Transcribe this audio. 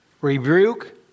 rebuke